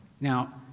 Now